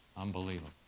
Unbelievable